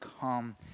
come